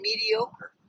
mediocre